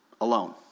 alone